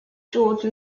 george